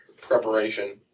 preparation